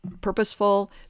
purposeful